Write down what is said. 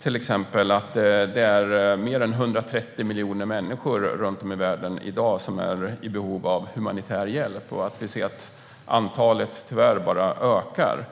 till exempel att det i dag är mer än 130 miljoner människor runt om i världen som är i behov av humanitär hjälp och att antalet tyvärr bara ökar.